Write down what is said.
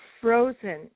frozen